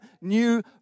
new